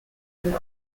and